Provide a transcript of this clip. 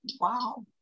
Wow